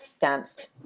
danced